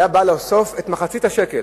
כשהיה בא לאסוף את מחצית השקל,